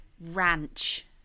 Ranch